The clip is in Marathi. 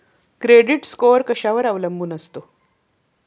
क्रेडिट स्कोअर कशावर अवलंबून असतो?